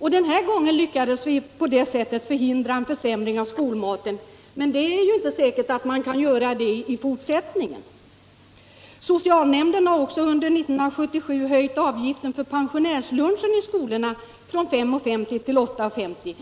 På det sättet lyckades vi den gången förhindra en försämring av skolmaten, men det är ju inte säkert att man kan göra det i fortsättningen. Socialnämnden i Stockholm har under 1977 höjt avgiften för pensionärsluncher i skolorna från 5:50 till 8:50.